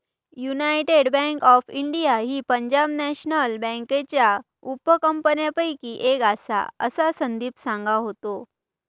United Bank of India ही Punjab National बँकेच्या उपकंपन्यांपैकी एक आसा, असा संदीप सांगा होतो